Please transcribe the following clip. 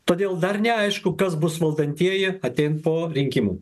todėl dar neaišku kas bus valdantieji atėjo po rinkimų